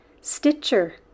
Stitcher